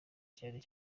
cyane